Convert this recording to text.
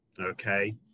okay